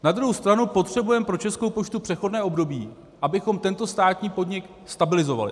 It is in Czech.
Na druhou stranu potřebujeme pro Českou poštu přechodné období, abychom tento státní podnik stabilizovali.